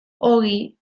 ogi